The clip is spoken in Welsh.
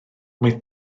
mae